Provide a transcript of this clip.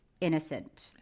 innocent